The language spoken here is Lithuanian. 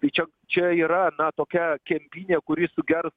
tai čia čia yra na tokia kempinė kuri sugers